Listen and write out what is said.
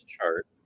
chart